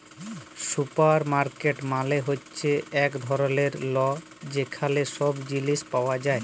supermarket মালে হ্যচ্যে এক ধরলের ল যেখালে সব জিলিস পাওয়া যায়